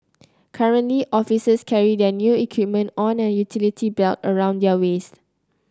currently officers carry their their equipment on a utility belt around their waists